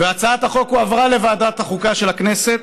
הצעת החוק הועברה לוועדת החוקה של הכנסת,